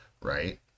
Right